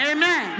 Amen